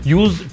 use